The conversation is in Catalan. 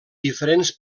diferents